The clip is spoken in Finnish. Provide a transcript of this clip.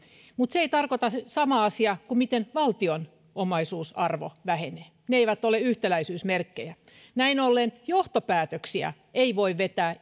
mutta se ei tarkoita samaa asiaa kuin miten valtion omaisuusarvo vähenee ne eivät ole yhtäläisyysmerkkejä näin ollen johtopäätöksiä ei voi vetää